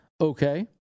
okay